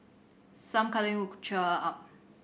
some cuddling could cheer her up